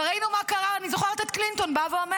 אני זוכרת את קלינטון אומר: